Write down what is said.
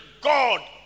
God